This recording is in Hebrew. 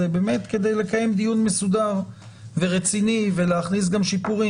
באמת כדי לקיים דיון מסודר ורציני ולהכניס גם שיפורים.